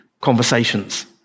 conversations